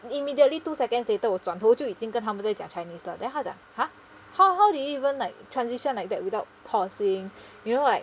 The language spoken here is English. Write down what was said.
immediately two seconds later 我转头就已经跟他们在讲 chinese 了 then 他讲 !huh! how how did you even like transition like that without pausing you know like